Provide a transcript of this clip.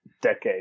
decade